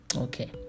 Okay